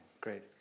great